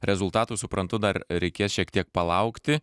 rezultatų suprantu dar reikės šiek tiek palaukti